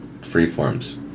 Freeforms